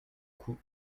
coup